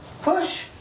Push